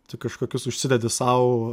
tu kažkokius užsidedi sau